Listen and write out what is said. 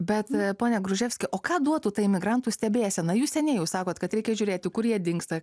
bet pone gruževski o ką duotų ta imigrantų stebėsena jūs seniai jau sakot kad reikia žiūrėti kur jie dingsta